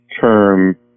term